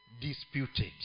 disputed